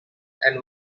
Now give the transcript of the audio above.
and